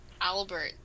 Albert